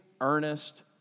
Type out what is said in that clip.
earnest